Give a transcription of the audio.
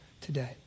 today